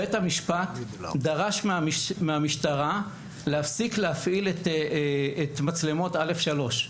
בית המשפט דרש מהמשטרה להפסיק להפעיל את מצלמות א/3.